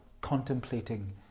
contemplating